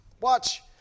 Watch